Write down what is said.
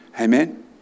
Amen